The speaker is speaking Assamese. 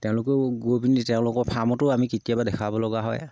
তেওঁলোকেও গৈ পিনি তেওঁলোকৰ ফাৰ্মতো আমি কেতিয়াবা দেখাব লগা হয়